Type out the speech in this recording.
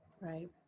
right